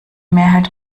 mehrheit